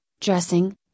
dressing